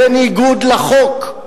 בניגוד לחוק.